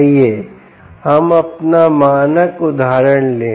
आइए हम अपना मानक उदाहरण लें